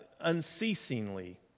unceasingly